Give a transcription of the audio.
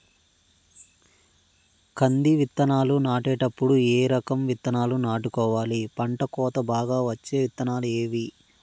కంది విత్తనాలు నాటేటప్పుడు ఏ రకం విత్తనాలు నాటుకోవాలి, పంట కోత బాగా వచ్చే విత్తనాలు ఏవీ?